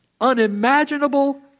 unimaginable